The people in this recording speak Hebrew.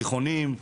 תיכונים,